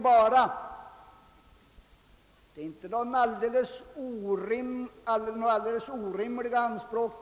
Det är här fråga om rimliga anspråk.